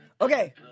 okay